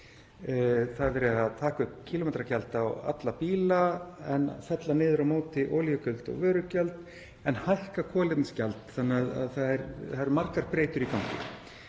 Það er verið að taka upp kílómetragjald á alla bíla en fella niður á móti olíugjöld og vörugjöld en hækka kolefnisgjald, þannig að það eru margar breytur í gangi.